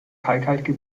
kalkhaltige